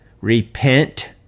Repent